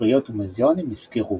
ספריות ומוזיאונים נסגרו,